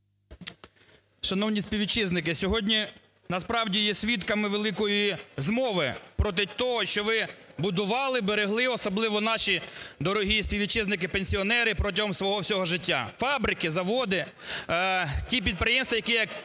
Шановні співвітчизники, сьогодні насправді є свідками великої змови проти того, що ви будували, берегли, особливо наші дорогі співвітчизники-пенсіонери, протягом свого всього життя: фабрики; заводи; ті підприємства, які